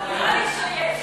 נראה לי שיש.